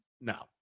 No